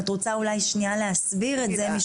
אם את רוצה אולי שנייה להסביר את זה,